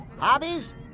Hobbies